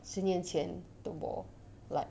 十年前的我 like